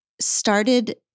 started